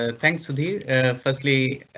ah thanks for the firstly,